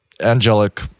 angelic